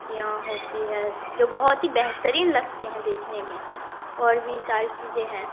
یہاں ہوتی ہے جو بہت ہی بہترین لگتے ہیں دیکھنے میں اور بھی ساری چیزیں ہیں